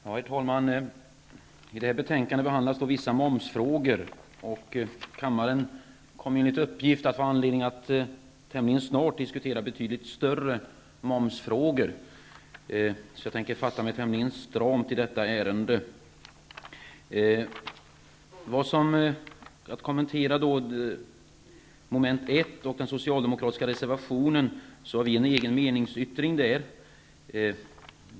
Herr talman! I betänkande SkU24 behandlas vissa momsfrågor och enligt uppgift kommer kammaren tämligen snart att få anledning att diskutera betydligt större momsfrågor, varför jag tänker fatta mig tämligen kort i detta ärende. För att kommentera mom. 1 och den socialdemokratiska reservationen har vi en egen meningsyttring.